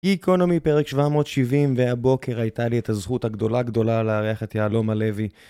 גיקונומי פרק 770, והבוקר הייתה לי את הזכות הגדולה גדולה לארח את יהלומה לוי.